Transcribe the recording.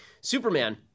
Superman